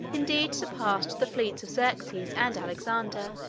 indeed surpassed the fleets of xerxes and alexander,